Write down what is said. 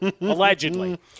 allegedly